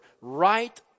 right